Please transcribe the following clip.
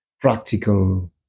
practical